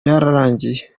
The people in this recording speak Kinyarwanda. byararangiye